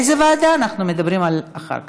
איזו ועדה, אנחנו מדברים אחר כך.